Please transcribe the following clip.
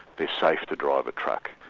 they're safe to drive a truck.